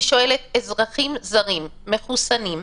היא שואלת לגבי אזרחים זרים מחוסנים,